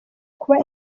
kuba